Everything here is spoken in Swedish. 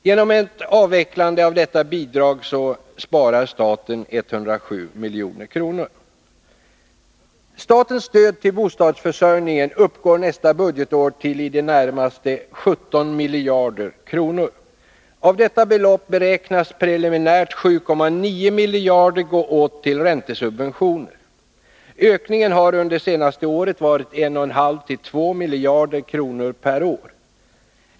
Genom ett avvecklande av detta bidrag sparar staten 107 milj.kr. Statens stöd till bostadsförsörjningen uppgår nästa budgetår till i det närmaste 17 miljarder kronor. Av detta belopp beräknas preliminärt 7,9 miljarder gå åt till räntesubventioner. Ökningen har under senaste åren varit 1,5-2 miljarder kronor per år.